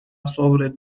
sobre